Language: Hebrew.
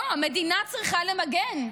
לא, המדינה צריכה למגן,